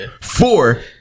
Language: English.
Four